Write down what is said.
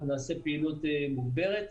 אנחנו נעשה פעילות מוגברת.